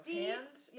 hands